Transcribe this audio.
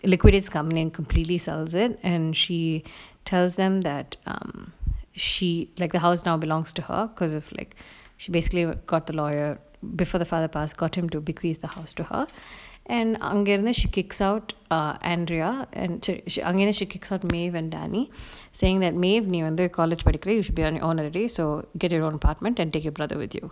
liquidified and completely sells it and she tells them that um she like the house now belongs to her because of like she basically what got the lawyer before the father pass got him to bequeath the house to her and அங்கயிருந்து:angayirunthu she kicks out err andrea and அங்கயிருந்து:angayirunthu she kicks out maeve and danny saying that maeve நீ வந்து:nee vanthu college படிக்கிற:padikkira you should be on your own already so get your own apartment and take your brother with you